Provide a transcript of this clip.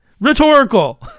Rhetorical